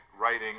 writing